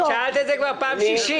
את שאלת את זה כבר פעם שלישית.